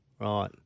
Right